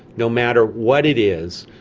no matter what it is,